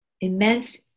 immense